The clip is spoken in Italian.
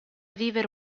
vivere